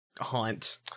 Haunt